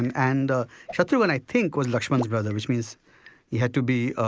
and shatrughan i think was laxman's brother which means he had to be, ah